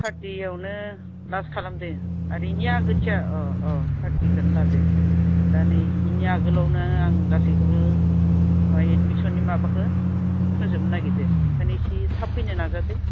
थारथियावनो last खालामदों आरो anyway अह अह थारथिखौनो लादों दा नैबेनि आगोलावनो आं गासैखौबो एडमिसननि माबाखौ फोजोबनो नागिरदों ओंखायनो इसि थाब फैनो नाजादो